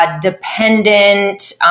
dependent